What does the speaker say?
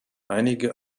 einige